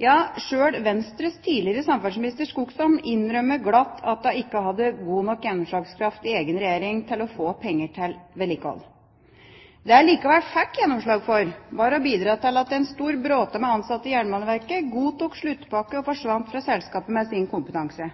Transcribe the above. Ja, sjøl Venstres tidligere samferdselsminister Skogsholm innrømmet glatt at hun ikke hadde god nok gjennomslagskraft i egen regjering til å få penger til vedlikehold. Det hun likevel fikk gjennomslag for, var å bidra til at en stor bråte med ansatte i Jernbaneverket godtok sluttpakke og forsvant fra selskapet med sin kompetanse,